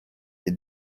est